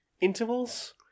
intervals